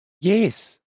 Yes